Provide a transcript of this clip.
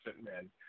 men